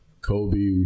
Kobe